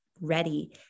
ready